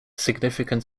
significant